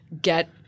get